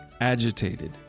agitated